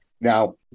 Now